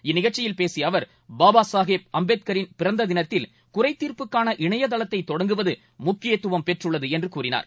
இந்நிகழ்ச்சியில் பேசியஅவர் பாபாசாகேப் அம்பேத்கரின் பிறந்ததினத்தில் குறைதீர்ப்புக்கான இணையதளத்தைதொடங்குவதுமுக்கியத்துவம் பெற்றுள்ளதுஎன்றுகூறினார்